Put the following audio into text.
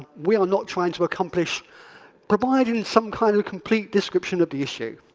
we are not trying to accomplish providing some kind of complete description of the issue.